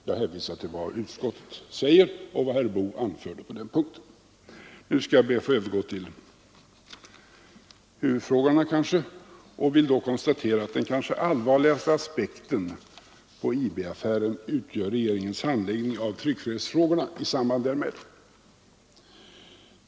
Jag hänvisar till vad utskottet säger och vad herr Boo anförde på den punkten. Nu skall jag be att få övergå till huvudfrågorna. Jag vill då konstatera att den kanske allvarligaste aspekten på IB-affären gäller regeringens handläggning av tryckfrihetsfrågorna i samband därmed.